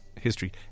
history